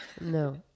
No